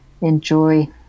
enjoy